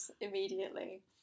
immediately